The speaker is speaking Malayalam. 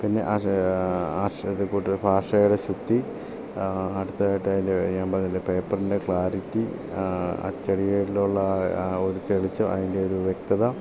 പിന്നെ അത് അക്ഷരക്കൂട്ട് ഭാഷയുടെ ശുദ്ധി അടുത്തതായിട്ട് അതിൻ്റെ ഞാൻ പറഞ്ഞില്ലേ പേപ്പറിൻ്റെ ക്ലാരിറ്റി അച്ചടികളിലുള്ള ആ ആ ഒരു തെളിച്ചം അതിൻ്റെ ഒരു വ്യക്തത